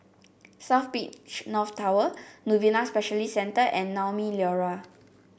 South Beach North Tower Novena Specialist Centre and Naumi Liora